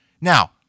Now